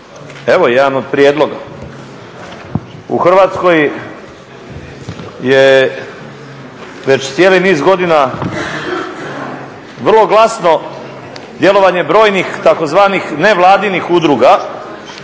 Evo jedan od prijedloga, u Hrvatskoj je već cijeli niz godina vrlo glasno djelovanje brojnih tzv. nevladinih udruga